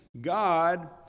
God